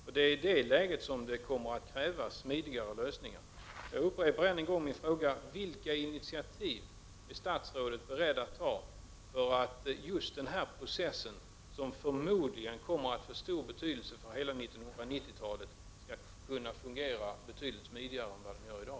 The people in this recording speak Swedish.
Det är i det läget som det kommer att krävas smidigare lösningar. Jag upprepar än en gång min fråga: Vilka initiativ är statsrådet beredd att ta för att denna process, som förmodligen kommer att få stor betydelse för hela 1990-talet, skall fungera betydligt smidigare än vad den gör i dag?